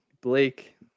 Blake